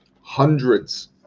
hundreds